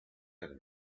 other